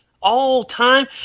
all-time